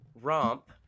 romp